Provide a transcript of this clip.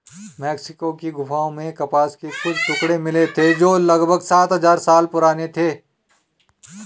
Mexico की गुफाओं में कपास के कुछ टुकड़े मिले थे जो लगभग सात हजार साल पुराने थे